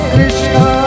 Krishna